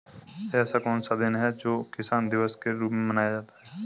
ऐसा कौन सा दिन है जो किसान दिवस के रूप में मनाया जाता है?